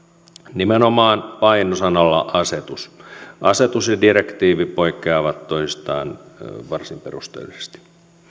nimenomaan paino sanalla asetus asetus ja direktiivi poikkeavat toisistaan varsin perusteellisesti